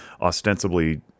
ostensibly